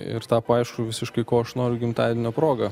ir tapo aišku visiškai ko aš noriu gimtadienio proga